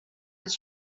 his